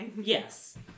Yes